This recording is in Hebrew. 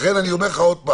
לכן אני אומר לך שוב,